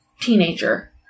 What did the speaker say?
teenager